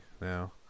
now